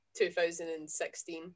2016